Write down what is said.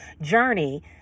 journey